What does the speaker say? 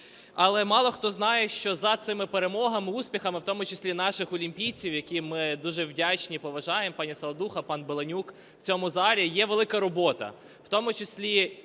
Але мало хто знає, що за цими перемогами, успіхами в тому числі наших олімпійців, яким ми дуже вдячні і поважаємо, пані Саладуха, пан Беленюк в цьому залі, є велика робота.